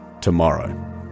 tomorrow